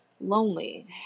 Lonely